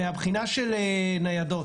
מבחינת ניידות,